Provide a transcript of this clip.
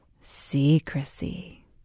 Secrecy